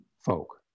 folk